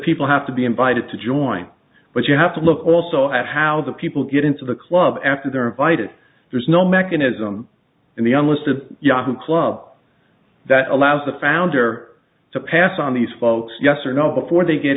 people have to be invited to join but you have to look also at how the people get into the club after they're invited there's no mechanism in the unlisted yahoo club that allows the founder to pass on these folks yes or no before they get